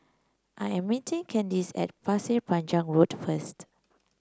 I am meeting Kandice at Pasir Panjang Road first